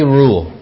rule